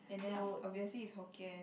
and then aft~ obviously is Hokkien